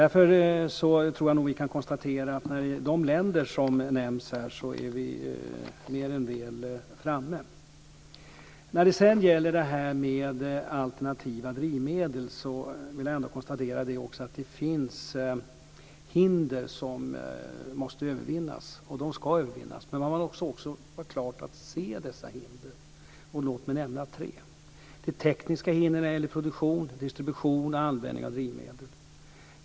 Jag tror att vi kan konstatera att vi är mer än väl framme i jämförelse med de länder som nämns här. När det sedan gäller detta med alternativa drivmedel kan jag konstatera att det finns hinder som måste övervinnas, och de ska övervinnas. Men man måste också se dessa hinder. Låt mig nämna tre. Det finns tekniska hinder när det gäller produktion, distribution och användning av drivmedel.